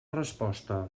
resposta